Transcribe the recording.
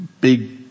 big